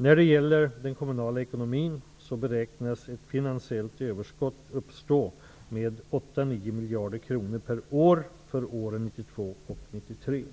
När det gäller den kommunala ekonomin beräknas ett finansiellt överskott uppstå med 8--9 miljarder kronor per år för åren 1992 och 1993.